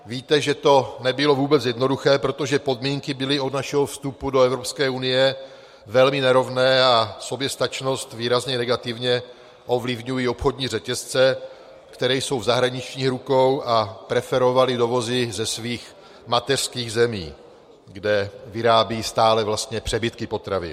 Víte, že to nebylo vůbec jednoduché, protože podmínky byly od našeho vstupu do Evropské unie velmi nerovné a soběstačnost výrazně negativně ovlivňují obchodní řetězce, které jsou v zahraničních rukou a preferovaly dovozy ze svých mateřských zemí, kde vyrábějí stále přebytky potravin.